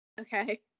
Okay